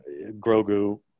Grogu